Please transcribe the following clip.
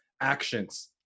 actions